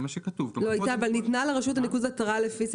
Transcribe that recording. מה זה